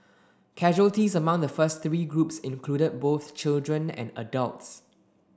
casualties among the first three groups included both children and adults